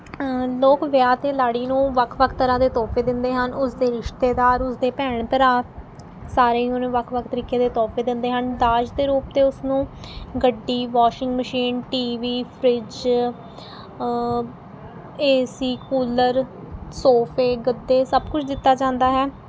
ਲੋਕ ਵਿਆਹ 'ਤੇ ਲਾੜੀ ਨੂੰ ਵੱਖ ਵੱਖ ਤਰ੍ਹਾਂ ਦੇ ਤੋਹਫੇ ਦਿੰਦੇ ਹਨ ਉਸਦੇ ਰਿਸ਼ਤੇਦਾਰ ਉਸਦੇ ਭੈਣ ਭਰਾ ਸਾਰੇ ਉਹਨੂੰ ਵੱਖ ਵੱਖ ਤਰੀਕੇ ਦੇ ਤੋਹਫੇ ਦਿੰਦੇ ਹਨ ਦਾਜ ਦੇ ਰੂਪ 'ਤੇ ਉਸਨੂੰ ਗੱਡੀ washing machine T V fridge A C cooler ਸੋਫੇ ਗੱਦੇ ਸਭ ਕੁਛ ਦਿੱਤਾ ਜਾਂਦਾ ਹੈ